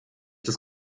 das